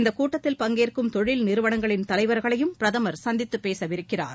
இந்தக் கூட்டத்தில் பங்கேற்கும் தொழில் நிறுவனங்களின் தலைவா்களையும் பிரதமா் சந்தித்து பேசவிருக்கிறார்